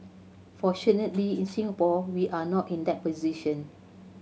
fortunately in Singapore we are not in that position